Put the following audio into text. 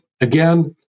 again